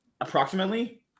Approximately